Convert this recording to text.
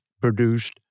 produced